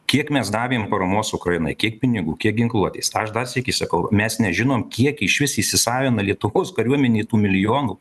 kiek mes davėm paramos ukrainai kiek pinigų kiek ginkluotės tą aš dar sykį sakau mes nežinom kiek išvis įsisavina lietuvos kariuomenė tų milijonų